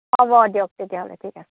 হ'ব দিয়ক তেতিয়াহ'লে ঠিক আছে